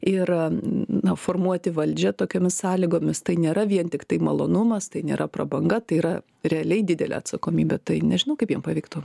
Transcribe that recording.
ir na formuoti valdžią tokiomis sąlygomis tai nėra vien tiktai malonumas tai nėra prabanga tai yra realiai didelė atsakomybė tai nežinau kaip jiem pavyktų